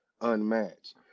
unmatched